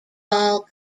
ball